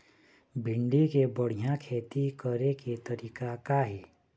भिंडी के बढ़िया खेती करे के तरीका का हे?